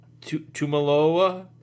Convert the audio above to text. Tumaloa